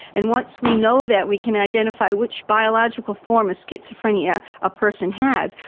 and once we know that we can identify which biological form of schizophrenia a person has,